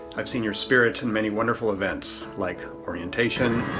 i've seen your spirit in many wonderful events like orientation.